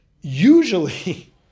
Usually